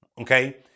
okay